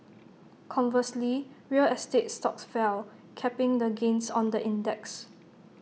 conversely real estate stocks fell capping the gains on the index